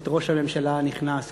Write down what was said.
את ראש הממשלה הנכנס,